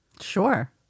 Sure